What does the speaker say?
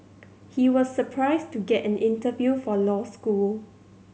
he was surprised to get an interview for law school